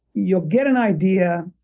you'll get an idea.